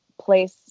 place